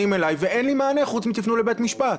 אליי ואין לי מענה חוץ מ"תפנו לבית משפט".